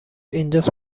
اینجاست